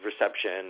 reception